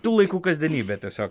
tur tų laikų kasdienybė tiesiog